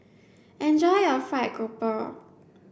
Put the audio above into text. enjoy your fried grouper